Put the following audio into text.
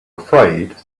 afraid